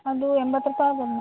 ಅದೂ ಎಂಬತ್ತು ರೂಪಾಯಿ ಆಗ್ಬಹುದು ಮ್ಯಾಮ್